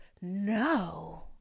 no